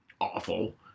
awful